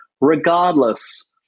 regardless